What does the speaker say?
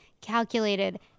calculated